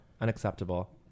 unacceptable